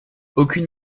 aucune